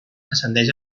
ascendeix